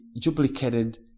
duplicated